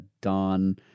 Don